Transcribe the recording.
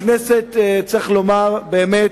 צריך לומר שהכנסת, באמת,